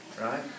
Right